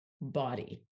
body